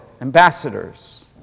ambassadors